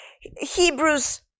Hebrews